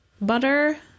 butter